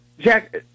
Jack